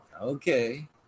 okay